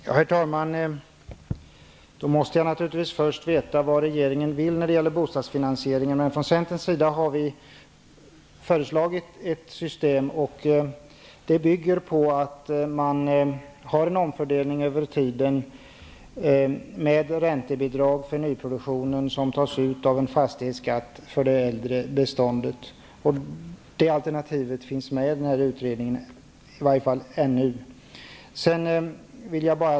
Herr talman! Då måste jag naturligtvis först veta vad regeringen vill när det gäller bostadsfinansieringen. Vi har från centerns sida föreslagit ett system som bygger på en omfördelning över tiden, med räntebidrag för nyproduktionen som tas från en fastighetsskatt på det äldre beståndet. Det alternativet finns med i utredningen, i varje fall ännu.